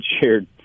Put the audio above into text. shared